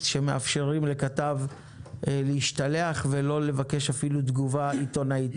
שמאפשרים לכתב להשתלח ולא לבקש אפילו תגובה עיתונאית?